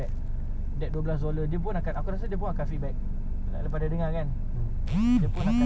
kau nak try message message dia tak like takde is it ada limit ke takde limit ke